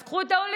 אז קחו את העולים.